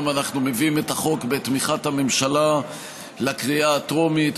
מביאים היום את החוק בתמיכת הממשלה לקריאה הטרומית.